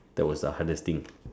that was the hardest thing